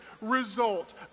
result